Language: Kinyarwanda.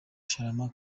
sharama